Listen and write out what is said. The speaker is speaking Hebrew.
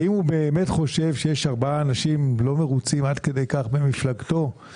האם הוא באמת חושב שיש ארבעה אנשים במפלגתו שהם לא מרוצים,